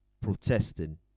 protesting